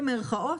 במרכאות,